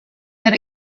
that